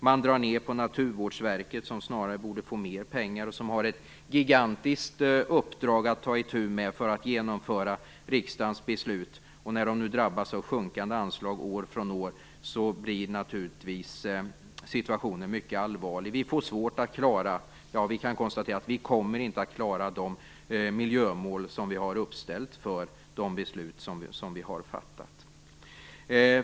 Man drar ned på Naturvårdsverket, som snarare borde få mer pengar och som har ett gigantiskt uppdrag att ta itu med för att genomföra riksdagens beslut. När det drabbas av sjunkande anslag år från år blir naturligtvis situationen mycket allvarlig. Vi kommer inte att klara de miljömål som vi har uppställt för de beslut som vi har fattat.